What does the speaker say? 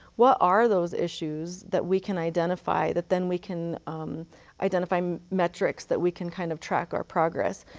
what are those issues that we can identify that then we can identify um metrics that we can kind of track our progress.